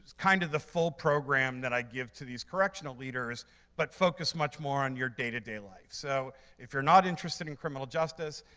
kind of the full program that i give to these correctional leaders but focus much more on your day-to-day lives. so if you're not interested in criminal justice,